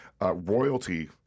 royalty